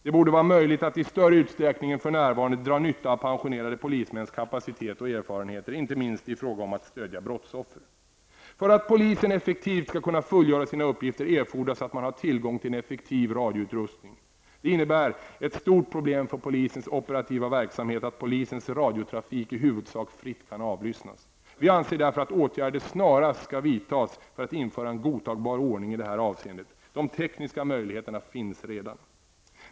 Det borde vara möjligt att i större utsträckning än för närvarande dra nytt av pensionerade polismäns kapacitet och erfarenheter, inte minst i fråga om att stödja brottsoffer. För att polisen effektivt skall kunna fullgöra sina uppgifter erfordras att man har tillgång till en effektiv radioutrustning. Det innebär ett stort problem för polisens operativa verksamhet att polisens radiotrafik i huvudsak fritt kan avlyssnas. Vi anser därför att åtgärder snarast bör vidtas för att införa en godtagbar ordning i det här avseendet. De tekniska möjligheterna finns redan.